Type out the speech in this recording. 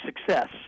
success